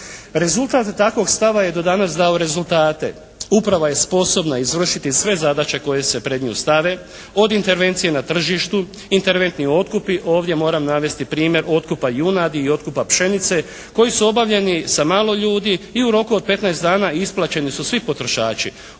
Rezultat takvog stava je do danas dao rezultate. Uprava je sposobna izvršiti sve zadaće koje se pred nju stavu, od intervencije na tržištu, interventni otkupi, ovdje moram navesti primjer otkupa junadi i otkupa pšenice koji su obavljeni sa malo ljudi i u roku od 15 dana isplaćeni su svi potrošači.